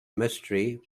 mystery